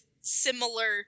similar